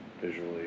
visually